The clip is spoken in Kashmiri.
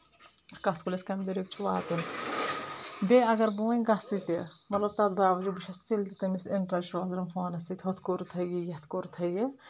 کَتھ کُلِس کمہِ طریٖقہٕ چھُ واتُن بیٚیہِ اگر بہٕ وۄنۍ گژھٕ تہِ مطلب تَتھ باوٚوجوٗد بہٕ چھس تیٚلہِ تہِ تٔمِس سۭتۍ اِن ٹچ روزان فونَس سۭتۍ ہُتھ کورتھٕ یہِ یَتھ کوٚرتھٕ یہِ